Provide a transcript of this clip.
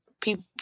people